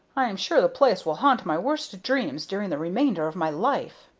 i am sure the place will haunt my worst dreams during the remainder of my life.